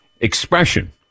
expression